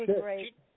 great